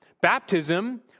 Baptism